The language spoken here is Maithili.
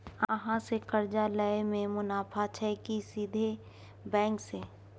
अहाँ से कर्जा लय में मुनाफा छै की सीधे बैंक से?